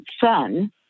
son